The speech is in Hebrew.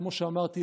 כמו שאמרתי,